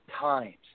times